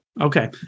Okay